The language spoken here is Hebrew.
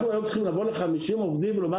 אנחנו צריכים לבוא ל-50 עובדים ולומר